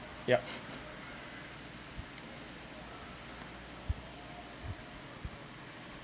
yup